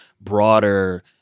broader